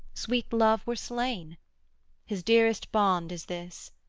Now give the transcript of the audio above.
sweet love were slain his dearest bond is this,